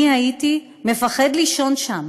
אני הייתי מפחד לישון שם,